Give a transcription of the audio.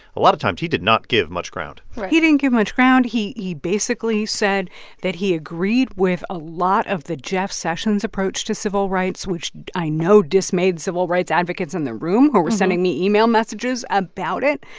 a lot of times, he did not give much ground he didn't give much ground. he he basically said that he agreed with a lot of the jeff sessions approach to civil rights, which i know dismayed civil rights advocates in the room who were sending me email messages about it.